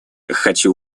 хочу